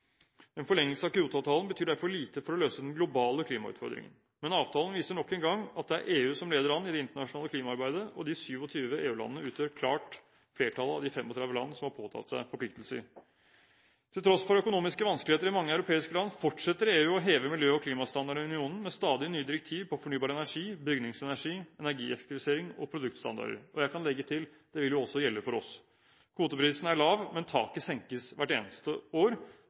den globale klimautfordringen. Men avtalen viser nok en gang at det er EU som leder an i det internasjonale klimaarbeidet, og de 27 EU-landene utgjør klart flertallet av de 35 land som har påtatt seg forpliktelser. Til tross for økonomiske vanskeligheter i mange europeiske land fortsetter EU å heve miljø- og klimastandarden i unionen med stadig nye direktiv om fornybar energi, bygningsenergi, energieffektivisering og produktstandarder. Jeg kan legge til: Det vil jo også gjelde for oss. Kvoteprisen er lav, men taket senkes hvert eneste år.